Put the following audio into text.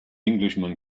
englishman